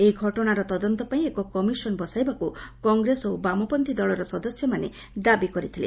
ଏହି ଘଟଣାର ତଦନ୍ତ ପାଇଁ ଏକ କମିଶନ୍ ବସାଇବାକୁ କଂଗ୍ରେସ ଓ ବାମପଚ୍ଛୀ ଦଳର ସଦସ୍ୟମାନେ ଦାବି କରିଥିଲେ